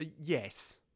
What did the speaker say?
yes